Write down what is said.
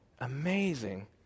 Amazing